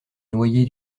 noyé